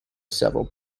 several